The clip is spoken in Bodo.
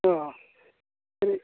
अ' बे